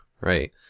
right